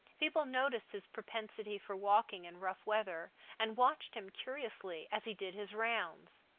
people noticed his propensity for walking in rough weather, and watched him curiously as he did his rounds.